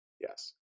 Yes